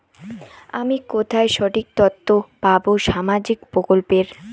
আমি কোথায় সঠিক তথ্য পাবো সামাজিক প্রকল্পের?